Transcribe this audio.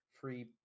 free